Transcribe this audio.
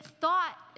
thought